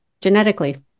genetically